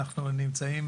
אנחנו נמצאים